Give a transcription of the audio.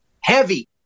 Heavy